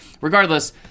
Regardless